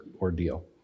ordeal